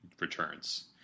returns